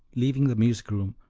leaving the music room,